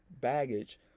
baggage